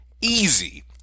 easy